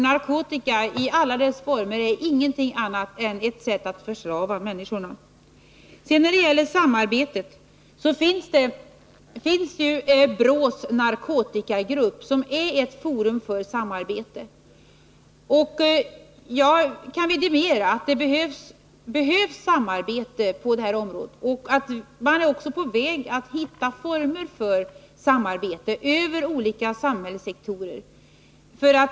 Narkotikabruket, i alla former, är ingenting annat än ett sätt att förslava människorna. När det gäller samarbetet vill jag framhålla att BRÅ:s narkotikagrupp är ett forum för samarbete. Jag kan vidimera att det behövs samarbete på det här området och att man också är på väg att hitta former för samarbete över gränserna mellan olika samhällssektorer.